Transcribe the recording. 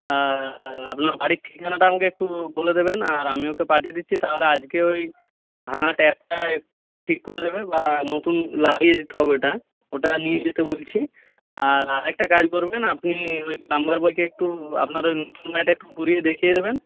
আপনার বাড়ির ঠিকানাটা আমাকে একটু বলে দেবেন আর আমি ওকে পাঠিয়ে দিচ্ছি তাহলে আজকে ওই ভাঙা ট্যাপটা ঠিক করে দেবে বা নতুন লাগিয়ে দিতে হবে ওটা ওটা নিয়ে যেতে বলছি আর আরেকটা কাজ করবেন আপনি ওই প্লাম্বার বয়কে একটু আপনার ওই একটু ঘুরিয়ে দেখিয়ে দেবেন